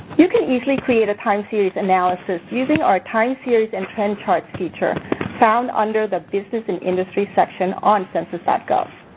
you can easily create a time series analysis using our time series and trend charts feature found under the business and industry section on census ah gov.